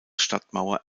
stadtmauer